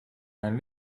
zijn